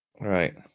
Right